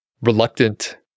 reluctant